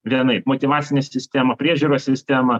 vienaip motyvacinė sistema priežiūros sistema